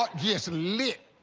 but just lit.